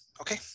Okay